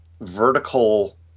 vertical